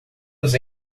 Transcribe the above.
nos